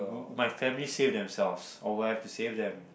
my family save themselves or would I have to save them